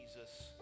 Jesus